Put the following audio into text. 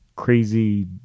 Crazy